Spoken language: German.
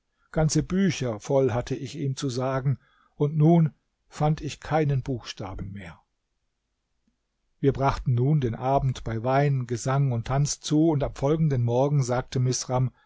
ganze bücher voll hatte ich ihm zu sagen und nun fand ich keinen buchstaben mehr wir brachten nun den abend bei wein gesang und tanz zu und am folgenden morgen sagte misram